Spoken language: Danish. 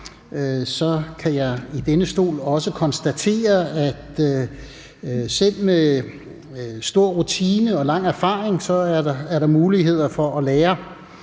kan jeg i denne stol også konstatere, at selv med stor rutine og lang erfaring er der muligheder for at lære.